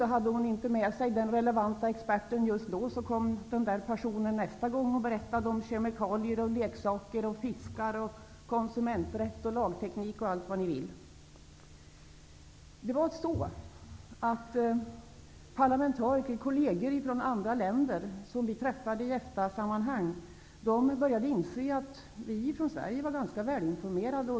Om hon inte just då hade med sig den relevanta experten, kom denne i stället nästa gång för att berätta om kemikalier, leksaker, fiskar, konsumenträtt, lagteknik osv. De parlamentarikerkolleger från andra länder, som vi träffade i EFTA-sammanhang, började inse att vi som kom från Sverige var ganska välinformerade.